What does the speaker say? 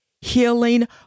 healing